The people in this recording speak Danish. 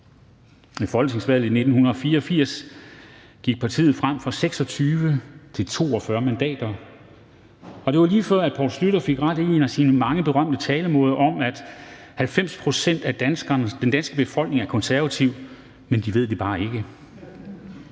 Ved folketingsvalget i 1984 gik partiet frem fra 26 til 42 mandater, og det var lige før, at Poul Schlüter fik ret i en af sine meget berømte talemåder, nemlig at halvfems procent af den danske befolkning er konservativ, men de ved det bare ikke.